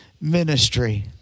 ministry